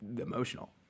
emotional